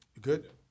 Good